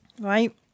Right